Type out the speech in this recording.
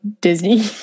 Disney